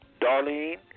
Darlene